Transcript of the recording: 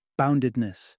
boundedness